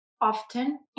often